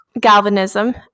galvanism